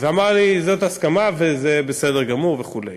ואמר לי: זאת ההסכמה, וזה בסדר גמור וכו'.